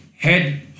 head